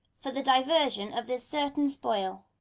for the division of this certain spoil.